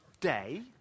day